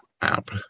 app